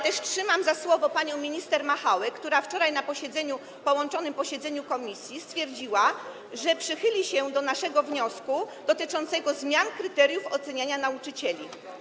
Trzymam też za słowo panią minister Machałek, która wczoraj na posiedzeniu połączonych komisji stwierdziła, że przychyli się do naszego wniosku dotyczącego zmiany kryteriów oceniania nauczycieli.